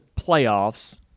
playoffs